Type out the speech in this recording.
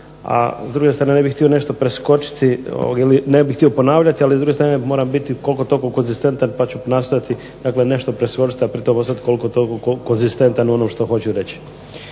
a s druge strane ne bih htio nešto preskočiti ili ne bih htio ponavljati. Ali s druge strane moram biti koliko toliko konzistentan pa ću nastojati dakle nešto preskočiti, a pri tome ostati koliko toliko konzistentan u onom što hoću reći.